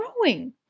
growing